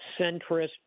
centrist